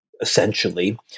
essentially